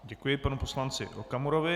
Děkuji panu poslanci Okamurovi.